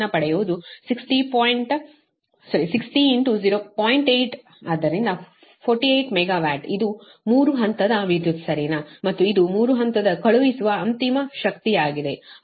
8 ಆದ್ದರಿಂದ 48 ಮೆಗಾವ್ಯಾಟ್ ಇದು 3 ಹಂತದ ವಿದ್ಯುತ್ ಸರಿನಾ ಮತ್ತು ಇದು 3 ಹಂತದ ಕಳುಹಿಸುವ ಅಂತಿಮ ಶಕ್ತಿಯಾಗಿದೆ ಆದ್ದರಿಂದ 53